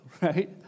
right